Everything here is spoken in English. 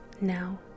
Now